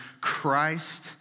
Christ